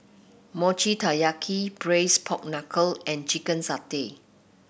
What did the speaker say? Mochi Taiyaki Braised Pork Knuckle and Chicken Satay